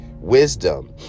wisdom